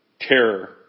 terror